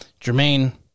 Jermaine